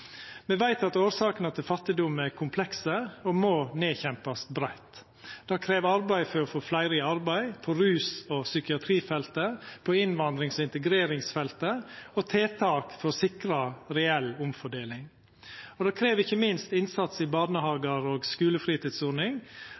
Me veit at årsakene til fattigdom er komplekse og må nedkjempast breitt. Det krev arbeid for å få fleire i arbeid på rus- og psykiatrifeltet, på innvandrings- og integreringsfeltet og tiltak for å sikra reell omfordeling. Og det krev ikkje minst innsats i barnehage og skulefritidsordning.